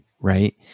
right